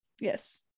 Yes